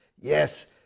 yes